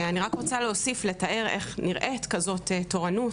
אני רק רוצה להוסיף ולתאר איך נראית כזאת תורנות.